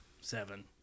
Seven